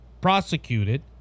prosecuted